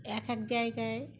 এক এক জায়গায়